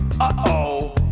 uh-oh